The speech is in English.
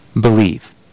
believe